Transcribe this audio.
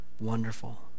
wonderful